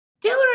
Taylor